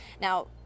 Now